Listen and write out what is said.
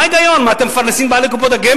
מה ההיגיון, מה, אתם מפרנסים את בעלי קופות הגמל?